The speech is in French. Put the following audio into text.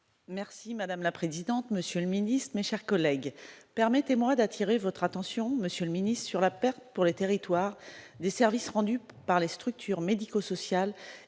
Merci madame la présidente, monsieur le Ministre, mes chers collègues permettez-moi d'attirer votre attention, monsieur le Ministre sur la perte pour les territoires des services rendus par les structures médico-social